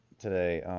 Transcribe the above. today